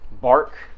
bark